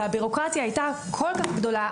והבירוקרטיה הייתה כל כך גדולה,